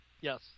Yes